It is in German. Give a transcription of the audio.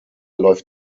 läuft